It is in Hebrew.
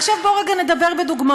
עכשיו בוא רגע נדבר בדוגמאות.